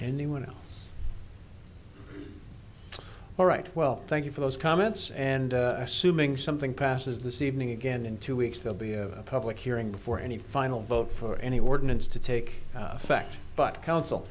anyone else all right well thank you for those comments and assuming something passes this evening again in two weeks they'll be a public hearing before any final vote for any warden is to take effect but coun